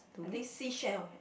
I think seashell have